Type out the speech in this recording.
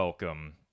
Welcome